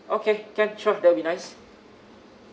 okay can sure that'd be nice